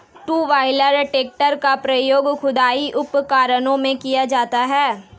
to wheeler tractor का प्रयोग खुदाई उपकरणों में किया जाता हैं